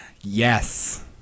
Yes